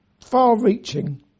far-reaching